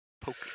poke